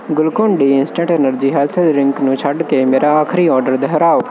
Glucon D instant energy health drink ਨੂੰ ਛੱਡ ਕੇ ਮੇਰਾ ਆਖਰੀ ਆਰਡਰ ਦੁਹਰਾਓ